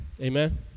Amen